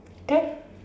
okay